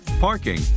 parking